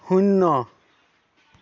শূন্য